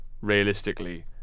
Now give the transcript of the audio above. realistically